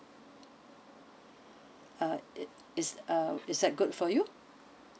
uh is it uh is that good for you